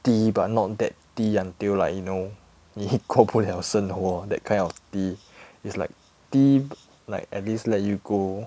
低 but not that 低 until like you know 你过不了生活 that kind of 低 it's like 低 like at least let you go